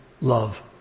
love